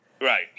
right